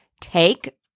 take